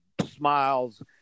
smiles